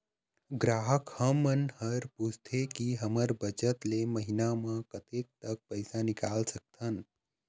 ग्राहक हमन हर पूछथें की हमर बचत ले महीना मा कतेक तक पैसा निकाल सकथन?